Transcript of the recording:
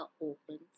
opens